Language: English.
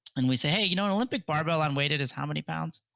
and we say, hey, you know an olympic barbell unweighted is how many pounds?